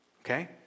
Okay